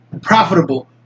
profitable